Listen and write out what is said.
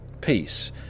Peace